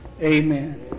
Amen